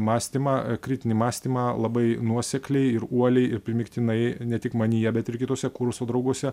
mąstymą kritinį mąstymą labai nuosekliai ir uoliai ir primygtinai ne tik manyje bet ir kituose kurso drauguose